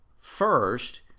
first